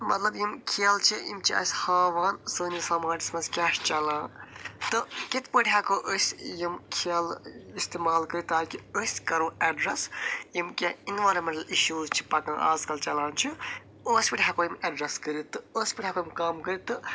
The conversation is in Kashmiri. مطلب یِم کھیلہٕ چھِ یِم چھِ اسہِ ہاوان سٲنس سماجس منٛز کیٚاہ چھِ چلان تہٕ کِتھ پٲٹھۍ ہٮ۪کو أسۍ یم کھیلہٕ استعمال کٔرِتھ تاکہِ أسۍ کرو اٮ۪ڈرس یِم کینٛہہ اینوارمینٹل اشوٗز چھِ پکان آزکل چلان چھِ پٮ۪ٹھ ہٮ۪کو یِم اٮ۪ڈرس کٔرِتھ تہٕ أسۍ کِتھ پٲٹھۍ ہٮ۪کو یم کم کٔرِتھ تہٕ